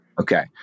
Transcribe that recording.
Okay